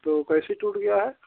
तो कैसे टूट गया है